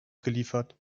geliefert